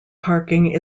parking